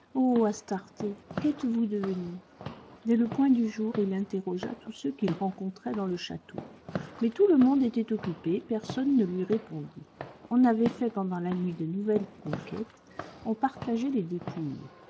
qu'êtes-vous devenue dès le point du jour il interrogea tous ceux qu'il rencontrait dans le château mais tout le monde était occupé personne ne lui répondit on avait fait pendant la nuit de nouvelles conquêtes on partageait les dépouilles